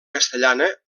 castellana